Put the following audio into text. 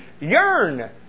yearn